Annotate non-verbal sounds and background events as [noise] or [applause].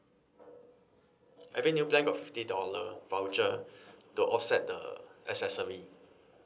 every new plan got fifty dollar voucher [breath] to offset the accessory